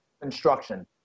construction